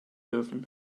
dürfen